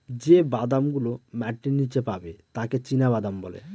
যে বাদাম গুলো মাটির নীচে পাবে তাকে চীনাবাদাম বলে